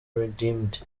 redeemed